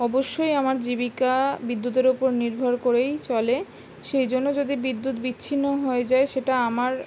অবশ্যই আমার জীবিকা বিদ্যুতের ওপর নির্ভর করেই চলে সেই জন্য যদি বিদ্যুৎ বিচ্ছিন্ন হয়ে যায় সেটা আমার